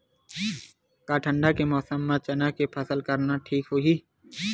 का ठंडा के मौसम म चना के फसल करना ठीक होही?